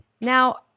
Now-